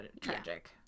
tragic